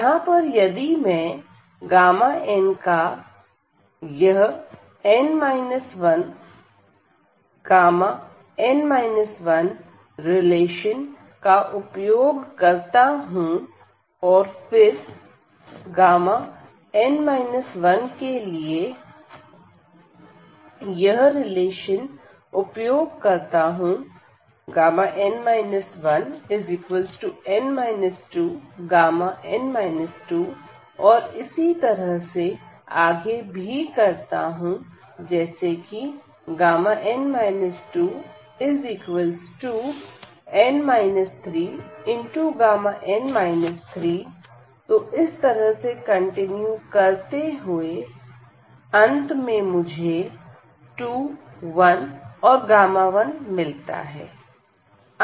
यहां पर यदि मैं n का यह Γ रिलेशन उपयोग करता हूं और फिर n 1 के लिए यह रिलेशन उपयोग करता हूं n 1Γ और इसी तरह से आगे भी करता हूं जैसे कि n 2Γ तो इस तरह से कंटिन्यू करते हुए अंत में मुझे 2 1 और Γ मिलता है